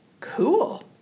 cool